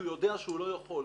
כי הוא יודע שהוא לא יכול,